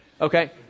okay